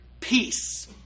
peace